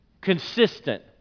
consistent